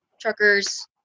truckers